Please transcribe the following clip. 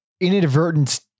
inadvertent